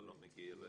מה לא מגיע להם?